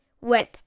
went